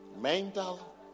Mental